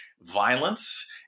violence